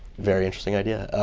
very interesting idea.